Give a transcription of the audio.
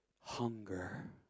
Hunger